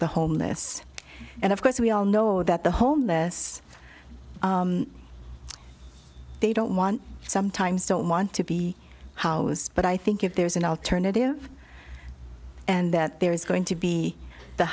the homeless and of course we all know that the homeless they don't want sometimes don't want to be housed but i think if there's an alternative and that there is going to be the